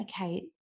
okay